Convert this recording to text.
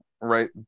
right